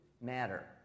matter